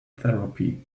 therapy